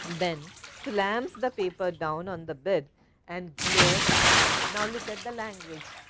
ben slams the paper down on the bed and glares after him. now, look at the language.